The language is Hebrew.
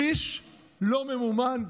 שליש לא ממומן.